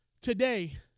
today